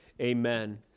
amen